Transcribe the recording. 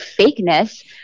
fakeness